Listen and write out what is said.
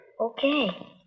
Okay